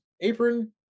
apron